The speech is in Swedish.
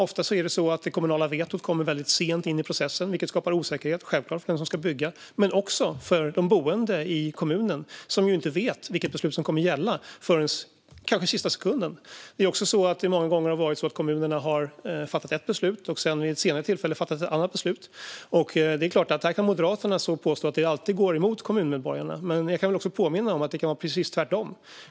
Ofta kommer det kommunala vetot sent in i processen, vilket självklart skapar osäkerhet för den som ska bygga. Det gäller även för de boende i kommunen, som inte vet vilket beslut som ska gälla förrän kanske i sista sekunden. Många gånger har kommunerna fattat ett beslut och vid ett senare tillfälle fattat ett annat beslut. Här kan Moderaterna påstå att besluten alltid går emot kommunmedborgarna, men jag kan också påminna om att det kan vara precis tvärtom.